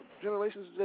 generations